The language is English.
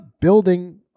building